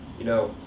you know,